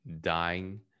dying